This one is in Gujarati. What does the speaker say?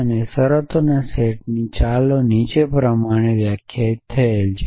અને શરતોનો સેટ ચાલો નીચે પ્રમાણે વ્યાખ્યાયિત થયેલ છે